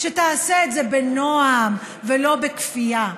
שתעשה את זה בנועם ולא בכפייה.